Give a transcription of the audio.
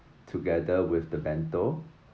together with the bento